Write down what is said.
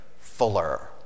fuller